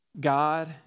God